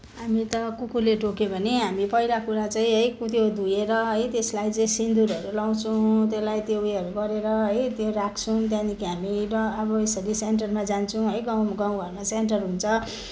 हामी त कुकुरले टोक्यो भने हामी पहिला कुरा चाहिँ उयो धोएर है त्यसलाई चाहिँ सिन्दुरहरू लाउँछौँ त्यसलाई त्यो उयोहरू गरेर है त्यो राख्छौँ त्यहाँदेखि हामी अब यसरी सेन्टरमा जान्छौँ है गाउँ घरमा सेन्टर हुन्छ